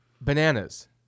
bananas